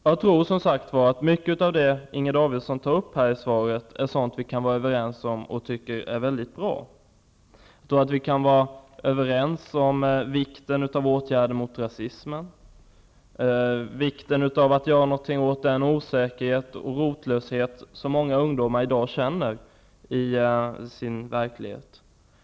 Jag tror att mycket av det som Inger Davidson tar upp i svaret är sådant som vi kan vara överens om och som vi tycker är mycket bra. Jag tror att vi kan vara överens om vikten av åtgärder mot rasismen och om vikten av att något görs åt den osäkerhet och rotlöshet som många ungdomar i dag känner i sin verklighet.